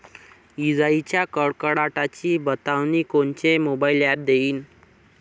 इजाइच्या कडकडाटाची बतावनी कोनचे मोबाईल ॲप देईन?